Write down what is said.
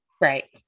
Right